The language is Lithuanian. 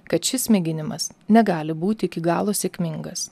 kad šis mėginimas negali būti iki galo sėkmingas